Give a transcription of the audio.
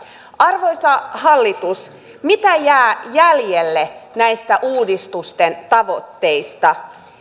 arvoisa hallitus mitä jää jäljelle näistä uudistusten tavoitteista